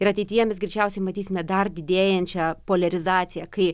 ir ateityje mes greičiausiai matysime dar didėjančią poliarizaciją kai